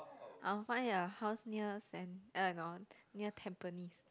I will find a house near Saint~ eh no near tampines